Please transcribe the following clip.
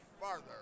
farther